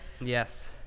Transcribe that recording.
Yes